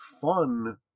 fun